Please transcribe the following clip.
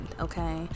okay